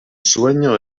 sueño